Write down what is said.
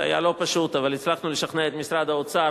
זה לא היה פשוט אבל הצלחנו לשכנע את משרד האוצר,